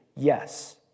Yes